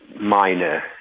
minor